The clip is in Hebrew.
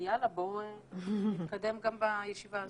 ויאללה בואו נקדם גם בישיבה הזאת.